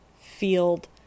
field